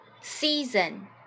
season